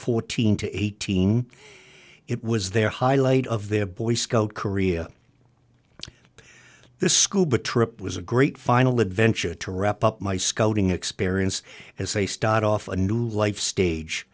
fourteen to eighteen it was their highlight of their boy scout korea this scuba trip was a great final adventure to wrap up my scouting experience as they start off a new life stage